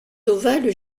ovales